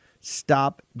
stop